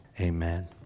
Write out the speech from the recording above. amen